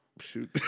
Shoot